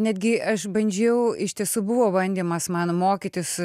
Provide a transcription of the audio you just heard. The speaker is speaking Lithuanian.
netgi aš bandžiau iš tiesų buvo bandymas mano mokytis